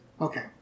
Okay